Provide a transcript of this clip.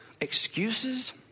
Excuses